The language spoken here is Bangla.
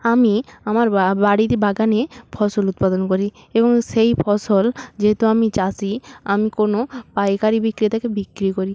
আমি আমার বা বাড়ির বাগানে ফসল উৎপাদন করি এবং সেই ফসল যেহেতু আমি চাষি আমি কোনো পাইকারি বিক্রেতাকে বিক্রি করি